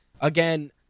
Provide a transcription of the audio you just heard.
again